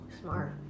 smart